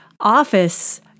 office